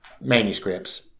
manuscripts